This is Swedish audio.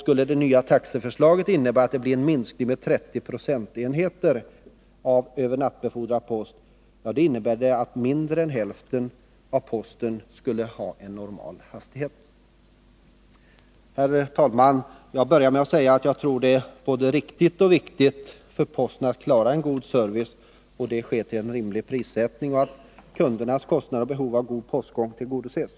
Om det nya taxeförslaget innebär en minskning med 30 procentenheter av övernattbefordrad post skulle följden bli att mindre än hälften av posten hade en normal hastighet. Herr talman! Jag började med att säga att jag tror att det är både riktigt och viktigt att posten klarar en god service till en rimlig prissättning och att kundernas kostnader och behov av god postgång tillgodoses.